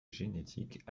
génétique